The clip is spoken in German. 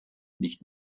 nicht